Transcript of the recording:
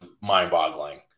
mind-boggling